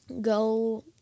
go